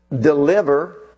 deliver